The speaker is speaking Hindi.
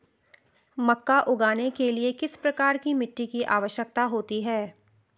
मक्का उगाने के लिए किस प्रकार की मिट्टी की आवश्यकता होती है?